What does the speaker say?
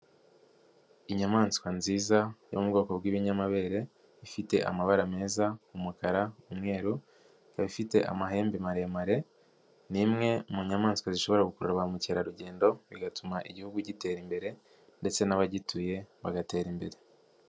Inyamaswa nziza yo mu bwoko bw'ibinyamabere ifite amabara meza, umukara, umweru, ikaba ifite amahembe maremare, ni imwe mu nyamaswa zishobora gukurura ba mukerarugendo bigatuma igihugu gitera imbere ndetse n'abagituye bagatera imbere.